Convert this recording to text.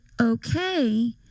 okay